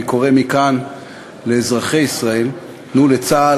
אני קורא מכאן לאזרחי ישראל: תנו לצה"ל,